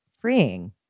freeing